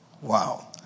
Wow